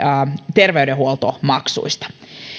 terveydenhuoltomaksuista